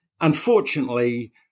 unfortunately